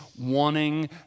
wanting